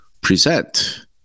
Present